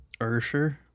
ursher